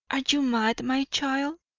are you mad, my child?